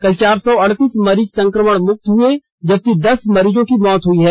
कल चार सौ अड़तीस मरीज संक्रमण मुक्त हुए जबकि दस मरीज की मौत हुई है